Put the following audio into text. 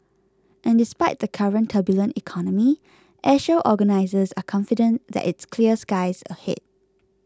and despite the current turbulent economy Airshow organisers are confident that it's clear skies ahead